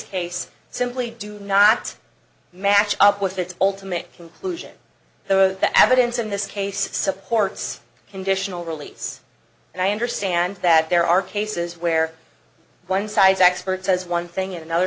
case simply do not match up with its ultimate conclusion though the evidence in this case supports conditional release and i understand that there are cases where one side's expert says one thing in another